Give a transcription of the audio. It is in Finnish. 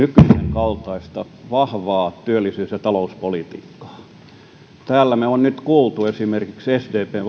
kaltaista vahvaa työllisyys ja talouspolitiikkaa täällä me olemme nyt kuulleet esimerkiksi sdpn